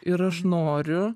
ir aš noriu